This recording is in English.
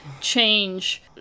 change